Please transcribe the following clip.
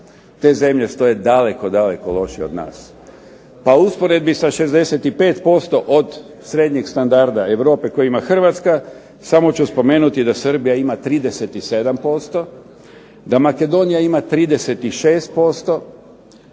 te zemlje stoje daleko, daleko lošije od nas. Pa u usporedbi sa 65% od srednjeg standarda Europe koji ima Hrvatska, samo ću spomenuti da Srbija ima 37%, da Makedonija ima 36%,